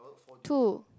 two